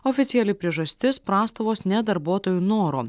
oficiali priežastis prastovos ne darbuotojų noru